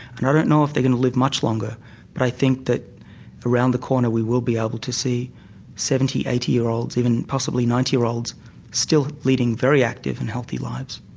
and i don't know if they are going to live much longer but i think that around the corner we will be able to see seventy, eighty year olds even possibly ninety year olds still leading very active and healthy lives.